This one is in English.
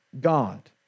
God